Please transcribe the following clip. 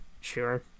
Sure